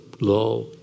law